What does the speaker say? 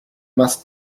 must